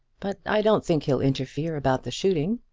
but i don't think he'll interfere about the shooting.